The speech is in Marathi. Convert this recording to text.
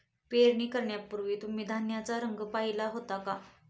पेरणी करण्यापूर्वी तुम्ही धान्याचा रंग पाहीला होता का?